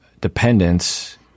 dependence